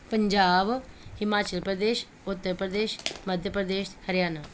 Punjab Himachal Pradesh Uttar Pradesh Madhya Pradesh Haryana